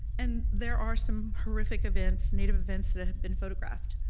and there are some horrific events, native events that have been photographed.